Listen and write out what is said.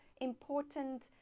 important